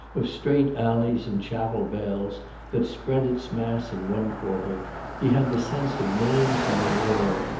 of straight alleys and chapel-bells, that spread its mass in one quarter he had the sense of names in the air,